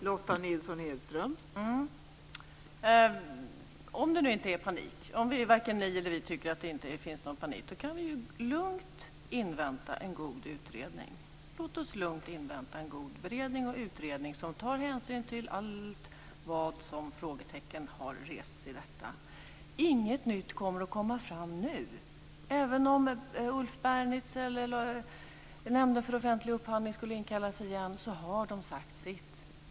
Fru talman! Om det nu inte är panik och om varken ni eller vi tycker att det finns någon sådan kan vi lugnt invänta en god utredning. Låt oss alltså lugnt invänta en god beredning och utredning som tar hänsyn till allt vad frågetecken är i detta sammanhang! Inget nytt kommer att komma fram nu, även om Ulf Bernitz eller Nämnden för offentlig upphandling skulle inkallas igen så har de sagt sitt.